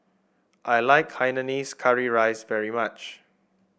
I like Hainanese Curry Rice very much